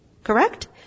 Correct